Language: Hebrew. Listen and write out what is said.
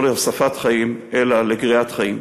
לא להוספת חיים אלא לגריעת חיים.